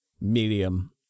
medium